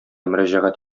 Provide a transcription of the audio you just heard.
мөрәҗәгать